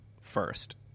first